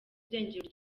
irengero